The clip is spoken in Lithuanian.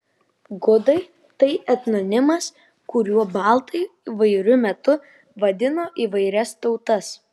gudai tai etnonimas kuriuo baltai įvairiu metu vadino įvairias tautas